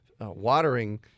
watering